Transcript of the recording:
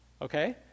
Okay